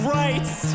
rights